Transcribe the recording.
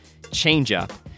changeup